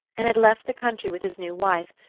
and had left the country with his new wife,